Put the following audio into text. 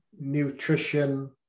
nutrition